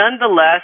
nonetheless